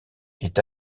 est